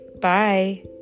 Bye